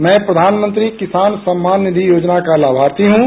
मैं प्रधानमंत्री किसान सम्मान निधि योजना का लाभार्थी हूं